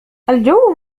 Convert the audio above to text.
الجو